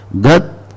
God